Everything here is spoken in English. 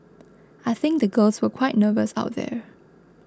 I think the girls were quite nervous out there